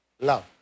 love